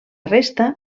resta